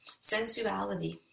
sensuality